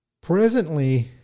Presently